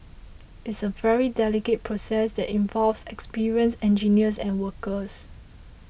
it's a very delicate process that involves experienced engineers and workers